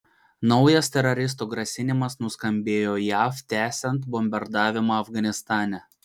naujas teroristų grasinimas nuskambėjo jav tęsiant bombardavimą afganistane